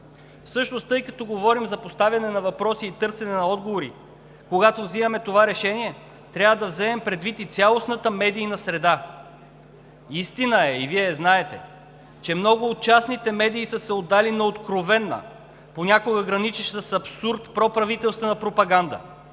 власт. Тъй като говорим за поставяне на въпроси и търсене на отговори, когато взимаме това решение, трябва да вземем предвид и цялостната медийна среда. Истина е и Вие я знаете, че много от частните медии са се отдали на откровена, понякога граничеща с абсурд проправителствена пропаганда.